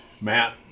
Matt